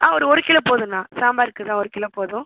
ஆ ஒரு ஒரு கிலோ போதும்ண்ணா சாம்பாருக்கு தான் ஒரு கிலோ போதும்